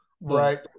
Right